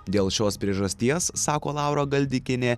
dėl šios priežasties sako laura galdikienė